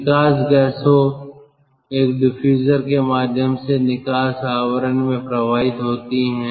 निकास गैसों एक डिफ्यूजर के माध्यम से निकास आवरण में प्रवाहित होती हैं